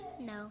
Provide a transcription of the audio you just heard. No